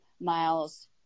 miles